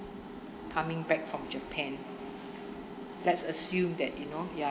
coming back from japan let's assume that you know ya